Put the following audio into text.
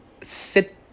sit